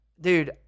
dude